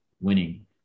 winning